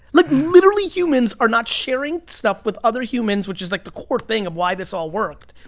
like, literally, humans are not sharing stuff with other humans, which is like the core thing of why this all worked,